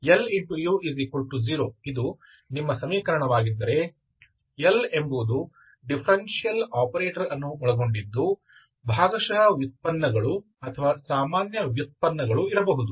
ಆದ್ದರಿಂದ Lu0 ಇದು ನಿಮ್ಮ ಸಮೀಕರಣವಾಗಿದ್ದರೆ L ಎಂಬುದು ಡಿಫರೆನ್ಷಿಯಲ್ ಆಪರೇಟರ್ ಅನ್ನು ಒಳಗೊಂಡಿದ್ದು ಭಾಗಶಃ ವ್ಯುತ್ಪನ್ನಗಳು ಅಥವಾ ಸಾಮಾನ್ಯ ವ್ಯುತ್ಪನ್ನಗಳು ಇರಬಹುದು